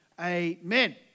amen